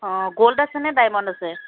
অঁ গ'ল্ড আছেনে ডাইমণ্ড আছে